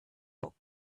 book